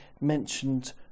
mentioned